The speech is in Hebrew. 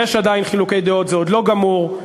זה עוד לא גמור,